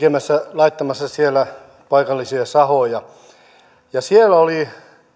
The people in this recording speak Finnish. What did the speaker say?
laittamassa paikallisia sahoja ja siellä oli